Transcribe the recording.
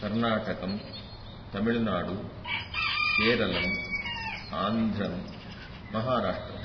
कर्नाटकम् तमिलुनाडु केरलम् आन्ध्रम् महाराष्ट्रम्